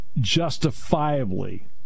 justifiably